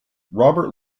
robert